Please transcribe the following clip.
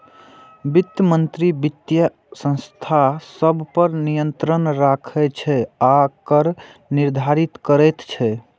वित्त मंत्री वित्तीय संस्था सभ पर नियंत्रण राखै छै आ कर निर्धारित करैत छै